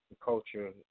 culture